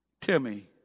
Timmy